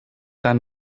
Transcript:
dann